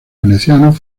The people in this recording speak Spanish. venecianos